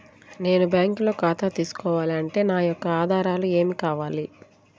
నేను బ్యాంకులో ఖాతా తీసుకోవాలి అంటే నా యొక్క ఆధారాలు ఏమి కావాలి?